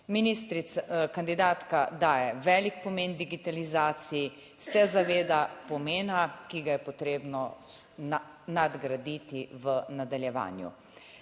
Kandidatka daje velik pomen digitalizaciji, se zaveda pomena, ki ga je potrebno nadgraditi v nadaljevanju.